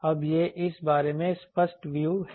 अब यह इस बारे में स्पष्ट व्यू है